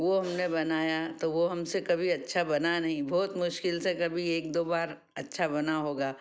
वह हमने बनाया तो वह हमसे कभी अच्छा बना नहीं बहुत मुश्किल से कभी एक दो बार अच्छा बना होगा